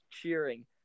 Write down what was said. cheering